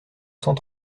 cent